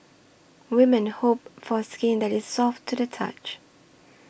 women hope for skin that is soft to the touch